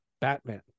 Batman